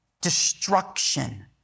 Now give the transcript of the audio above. destruction